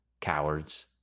Cowards